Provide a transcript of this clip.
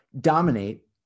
dominate